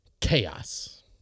chaos